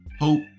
hope